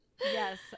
Yes